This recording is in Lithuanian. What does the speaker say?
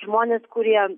žmonės kurie